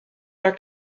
are